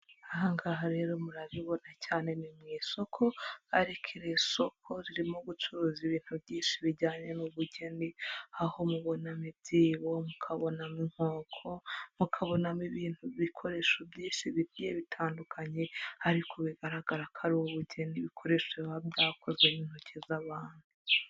Aha ngaha rero murabibona cyane ni mu isoko, ariko iri soko ririmo gucuruza ibintu byinshi bijyanye n'ubugeni, aho mubona ibyibo, mukabonamo inkoko, mukabonamo ibintu bikoresho byinshi bitandukanye, ariko bigaragara ko ari bugeni, ibikoresho biba byakozwe n'intoki z'abantu.